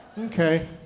Okay